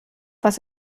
was